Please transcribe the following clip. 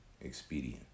expedient